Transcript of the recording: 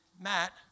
Matt